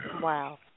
Wow